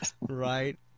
Right